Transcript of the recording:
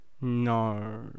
No